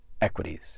equities